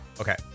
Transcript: Okay